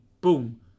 boom